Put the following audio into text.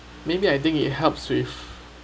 maybe I think it helps with